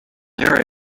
harry